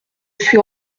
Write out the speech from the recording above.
suis